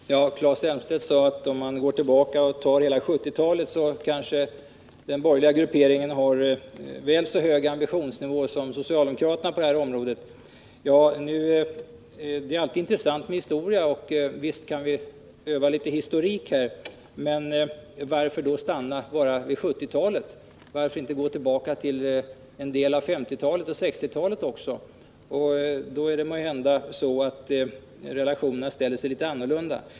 Herr talman! Claes Elmstedt sade att om man går tillbaka och ser på hela 1970-talet så kanske den borgerliga grupperingen har väl så hög ambitionsnivå som socialdemokraterna på det här området. Det är alltid intressant med historia, och visst kan vi öva litet historik här, men varför då stanna bara vid 1970-talet? Varför inte gå tillbaka till en del av 1950-talet och 1960-talet också? Då ställer sig måhända relationerna litet annorlunda.